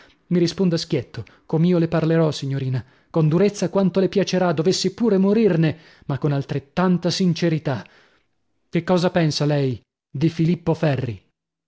mi risponda schietto com'io le parlerò signorina con durezza quanto le piacerà dovessi pure morirne ma con altrettanta sincerità che cosa pensa lei di filippo ferri